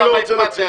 אני לא רוצה נציג,